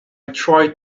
tried